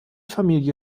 familie